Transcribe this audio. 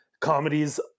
comedies